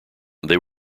they